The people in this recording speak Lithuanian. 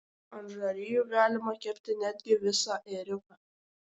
ant žarijų galima kepti netgi visą ėriuką